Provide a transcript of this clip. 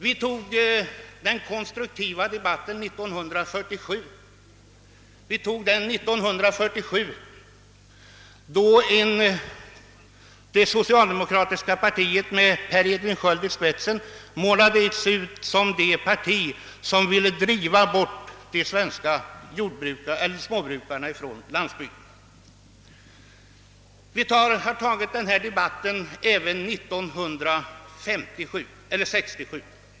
Vi tog den konstruktiva debatten 1947, då det socialdemokratiska partiet med Per Edvin Sköld i spetsen målades ut som det parti som ville driva bort de svenska småbrukarna från landsbygden. Vi har tagit denna debatt även 1967.